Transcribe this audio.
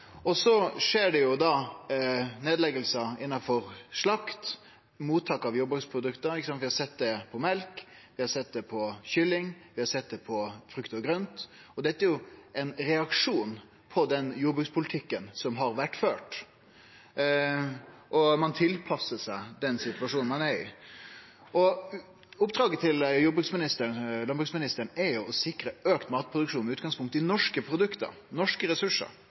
Så skjer det nedleggingar innanfor slakt og på mottak av jordbruksprodukt. Vi har sett det på mjølk, vi har sett det på kylling, vi har sett det på frukt og grønt. Dette er ein reaksjon på den jordbrukspolitikken som har vore ført, at ein tilpassar seg den situasjonen ein er i. Oppdraget til landbruksministeren er å sikre auka matproduksjon med utgangspunkt i norske produkt og norske ressursar.